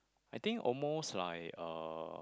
I think almost like uh